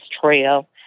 trail